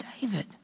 David